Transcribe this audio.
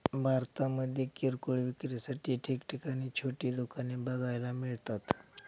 भारतामध्ये किरकोळ विक्रीसाठी ठिकठिकाणी छोटी दुकाने बघायला मिळतात